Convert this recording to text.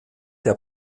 der